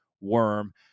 Worm